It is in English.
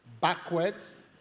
backwards